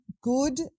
good